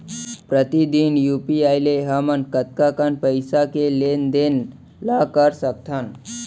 प्रतिदन यू.पी.आई ले हमन कतका कन पइसा के लेन देन ल कर सकथन?